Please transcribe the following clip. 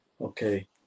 okay